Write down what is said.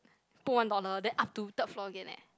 put one dollar then up to third floor again eh